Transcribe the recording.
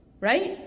Right